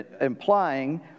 implying